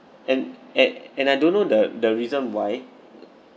and and and I don't know the the reason why